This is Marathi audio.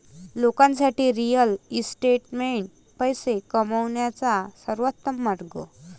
लोकांसाठी रिअल इस्टेटमध्ये पैसे कमवण्याचा सर्वोत्तम मार्ग